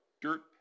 dirt